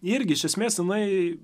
irgi iš esmės jinai